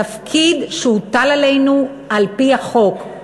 תפקיד שהוטל עלינו על-פי החוק.